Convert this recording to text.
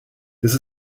this